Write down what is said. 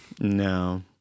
No